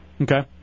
Okay